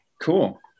cool